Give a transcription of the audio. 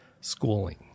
schooling